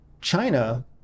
China